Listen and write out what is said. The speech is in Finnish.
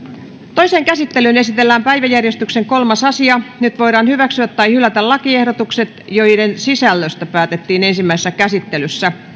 toiseen käsittelyyn esitellään päiväjärjestyksen kolmas asia nyt voidaan hyväksyä tai hylätä lakiehdotukset joiden sisällöstä päätettiin ensimmäisessä käsittelyssä